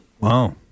Wow